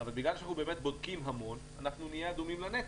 אבל בגלל שאנחנו בודקים המון אנחנו נהיה אדומים לנצח.